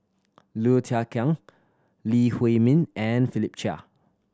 Low Thia Khiang Lee Huei Min and Philip Chia